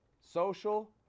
social